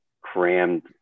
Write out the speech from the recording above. crammed